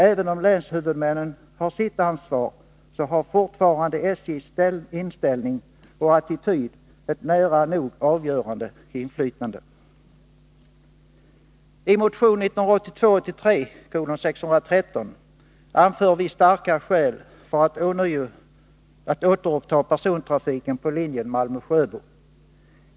Även om länshuvudmännen har sitt ansvar, har fortfarande SJ:s inställning och attityd nära nog avgörande inflytande. I motion 1982/83:613 anför vi starka skäl för att man skall återuppta persontrafik på linjen Malmö-Sjöbo.